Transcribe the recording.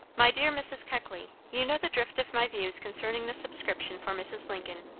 my dear mrs. keckley you know the drift of my views concerning the subscription for mrs. lincoln.